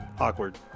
awkward